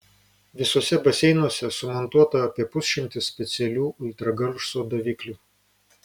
visuose baseinuose sumontuota apie pusšimtis specialių ultragarso daviklių